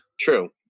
True